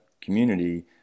community